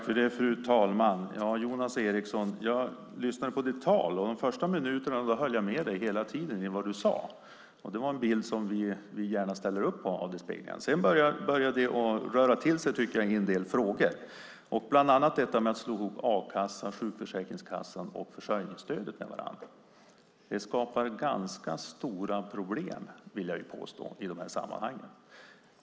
Fru talman! Jag lyssnade på ditt tal, Jonas Eriksson. Under de första minuterna höll jag med dig hela tiden om vad du sade. Det var en bild vi gärna ställer upp på. Sedan började det röra till sig i en del frågor. Det handlar bland annat om detta med att slå ihop a-kassan, sjukförsäkringskassan och försörjningsstödet med varandra. Det skapar ganska stora problem i sammanhangen, vill jag påstå.